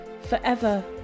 forever